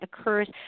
occurs